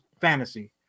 fantasy